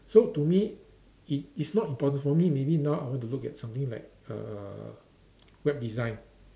so to me it is not important for me maybe now I want to look at something like uh web design